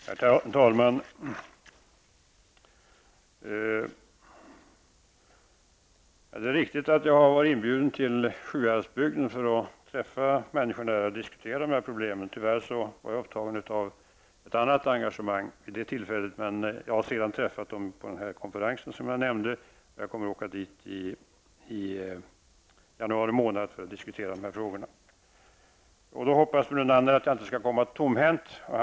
Herr talman! Det är riktigt att jag har varit inbjuden till Sjuhäradsbygden för att träffa människor där och diskutera dessa problem. Tyvärr var jag upptagen av ett annat engagemang vid det tillfället. Men jag har träffat dem på konferensen som jag nämnde, och jag kommer att åka dit i januari månad för att diskutera de här frågorna. Lennart Brunander hoppas att jag inte skall komma tomhänt då.